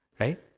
right